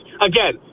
again